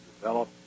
develop